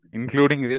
Including